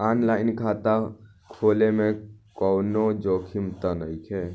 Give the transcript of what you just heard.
आन line खाता खोले में कौनो जोखिम त नइखे?